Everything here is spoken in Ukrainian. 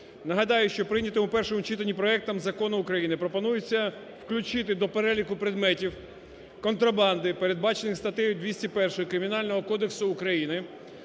Нагадаю, що прийнятим у першому читанні проектом закону України пропонується включити до переліку предметів контрабанди, передбачених статтею 201 Кримінального кодексу України